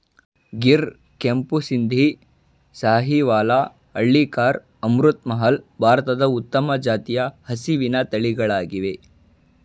ಗಿರ್, ಕೆಂಪು ಸಿಂಧಿ, ಸಾಹಿವಾಲ, ಹಳ್ಳಿಕಾರ್, ಅಮೃತ್ ಮಹಲ್, ಭಾರತದ ಉತ್ತಮ ಜಾತಿಯ ಹಸಿವಿನ ತಳಿಗಳಾಗಿವೆ